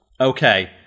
Okay